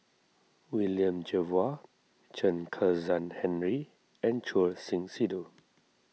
William Jervois Chen Kezhan Henri and Choor Singh Sidhu